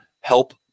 help